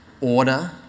order